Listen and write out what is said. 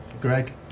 Greg